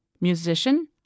musician